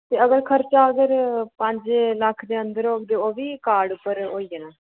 ते अगर खर्चा अगर पंज लक्ख दे अंदर होग ते ओह् बी कार्ड उप्पर होई जाना